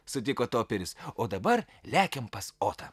sutiko toperis o dabar lekiam pas otą